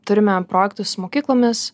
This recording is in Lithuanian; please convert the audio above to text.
turime projektus su mokyklomis